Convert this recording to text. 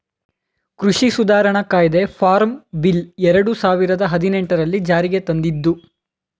ಕೃಷಿ ಸುಧಾರಣಾ ಕಾಯ್ದೆ ಫಾರ್ಮ್ ಬಿಲ್ ಎರಡು ಸಾವಿರದ ಹದಿನೆಟನೆರಲ್ಲಿ ಜಾರಿಗೆ ತಂದಿದ್ದು